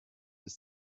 des